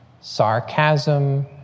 sarcasm